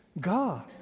God